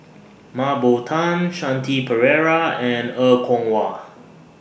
Mah Bow Tan Shanti Pereira and Er Kwong Wah